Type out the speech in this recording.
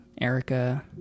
Erica